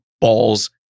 balls